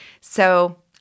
So-